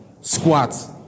squats